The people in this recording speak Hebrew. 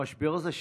המשבר הזה,